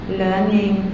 learning